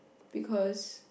because